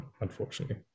unfortunately